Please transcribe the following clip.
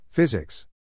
Physics